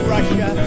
Russia